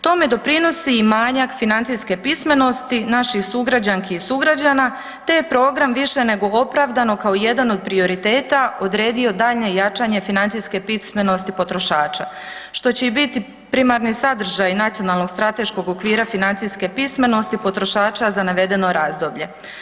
Tome doprinosi i manjak financijske pismenosti naših sugrađanki i sugrađana, te je program više nego opravdano kao jedan od prioriteta odredio daljnje jačanje financijske pismenosti potrošača, što će i biti primarni sadržaj nacionalnog strateškog okvira financijske pismenosti potrošača za navedeno razdoblje.